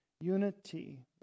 unity